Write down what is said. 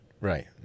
Right